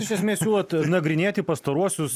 iš esmės siūlot nagrinėti pastaruosius